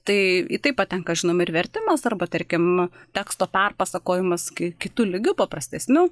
tai į tai patenka žinoma ir vertimas arba tarkim teksto perpasakojimas kai kitu lygiu paprastesniu